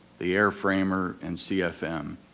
the airframer, and cfm.